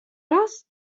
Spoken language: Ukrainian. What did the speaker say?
раз